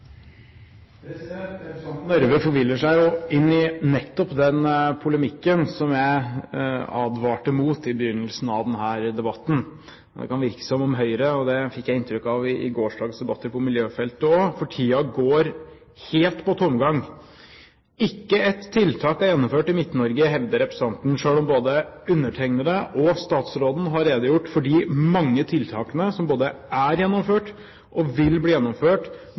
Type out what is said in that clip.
Hjemdal. Representanten Røbekk Nørve forviller seg jo inn i nettopp den polemikken som jeg advarte mot i begynnelsen av denne debatten. Men det kan virke som om Høyre – og det fikk jeg inntrykk av i gårsdagens debatter på miljøfeltet også – for tiden går helt på tomgang. Ikke ett tiltak er gjennomført i Midt-Norge, hevder representanten, selv om både jeg og statsråden har redegjort for de mange tiltakene som er gjennomført og vil bli gjennomført